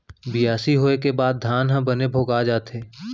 बियासी होय के बाद धान ह बने भोगा जाथे